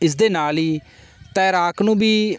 ਇਸ ਦੇ ਨਾਲ ਹੀ ਤੈਰਾਕ ਨੂੰ ਵੀ